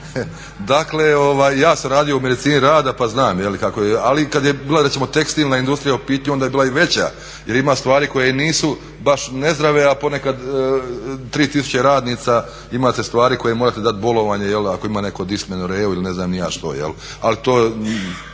Dakle, ja sam radio u medicini rada pa znam kako je. Ali kad je bila recimo tekstilna industrija u pitanju onda je bila i veća jer ima stvari koje nisu baš nezdrave a ponekad 3000 radnica imate stvari koje morate dati bolovanje ako ima netko …/Govornik se ne razumije./… ili ne znam ni ja što.